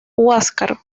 huáscar